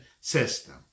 system